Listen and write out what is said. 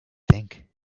think